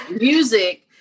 music